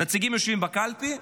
שנציגים שלה יושבים בקלפי,